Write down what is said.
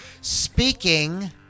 speaking